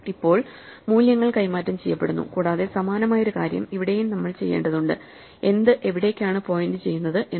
ഇപ്പോൾ മൂല്യങ്ങൾ കൈമാറ്റം ചെയ്യപ്പെടുന്നു കൂടാതെ സമാനമായ ഒരു കാര്യം ഇവിടെയും നമ്മൾ ചെയ്യേണ്ടതുണ്ട് എന്ത് എവിടേക്കാണ് പോയിന്റുചെയ്യുന്നത് എന്ന്